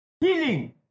Healing